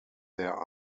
there